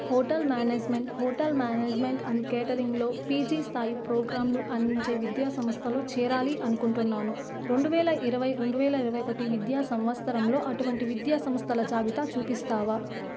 hotel management hotel management and క్యాటరింగ్లో PG స్థాయి ప్రోగ్రామ్లు అందించే విద్యాసంస్థలో చేరాలి అనుకుంటున్నాను రెండు వేల ఇరవై రెండు వేల ఇరవై ఒకటి విద్యా సంవత్సరంలో అటువంటి విద్యాసంస్థల జాబితా చూపిస్తావ